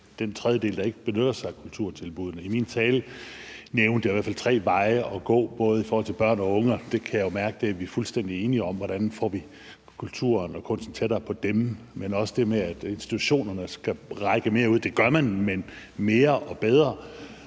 den tredjedel, der ikke benytter sig af kulturtilbuddene. I min tale nævnte jeg i hvert fald tre veje at gå i forhold til børn og unge. Jeg kan mærke, at vi er fuldstændig enige om, hvordan vi får kulturen og kunsten tættere på dem, men der er også det med, at institutionerne skal række mere ud. Det gør man, men man kan gøre